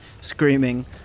screaming